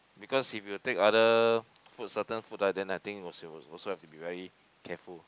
because if you take other food certain food ah then I think it was it was also has be very careful